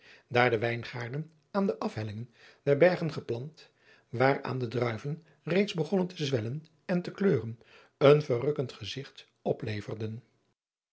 daar de wijngaarden aan de afhellingen der bergen geplant waaraan de druiven reeds begonnen te zwellen en te kleuren een verrukkend gezigt opleverden